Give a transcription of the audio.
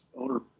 owner